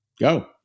Go